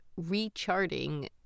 Recharting